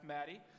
Maddie